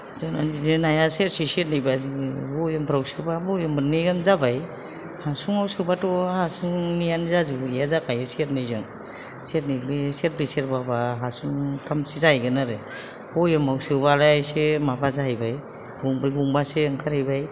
जोंना बिदिनो नाया सेरसे सेरनैब्ला जोङो बयेमफोराव सोब्ला बयेम मोननैयानो जाबाय हासुंआव सोब्लाथ' हासुंनियानो जाजोबो बरिया जाखायो सेरनैजों सेरनै बे सेरब्रै सेरबा बा हासुं थामसो जाहैगोन आरो बयेमाव सोबालाय एसे माबा जाहैबाय गंब्रै गंबासो ओंखारहैबाय